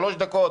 שלוש דקות,